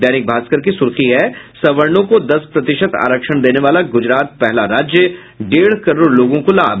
दैनिक भास्कर की सुर्खी है सवर्णो को दस प्रतिशत आरक्षण देने वाला गुजरात पहला राज्य डेढ़ करोड़ लोगों को लाभ